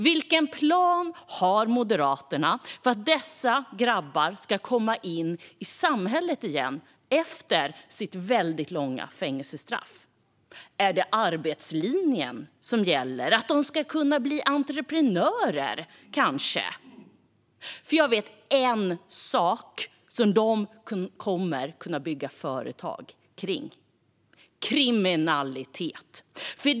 Vilken plan har Moderaterna för att dessa grabbar ska komma in i samhället igen efter sitt långa fängelsestraff? Är det arbetslinjen som gäller? Ska de kanske bli entreprenörer? Jag vet en sak som de kommer att kunna bygga företag kring, och det är kriminalitet.